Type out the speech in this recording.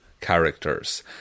characters